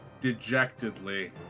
dejectedly